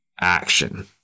action